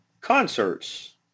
concerts